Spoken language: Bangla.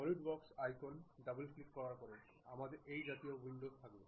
সলিড ওয়ার্কস আইকনে ডাবল ক্লিক করার পরে আমাদের এই জাতীয় উইন্ডো থাকবে